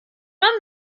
man